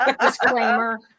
Disclaimer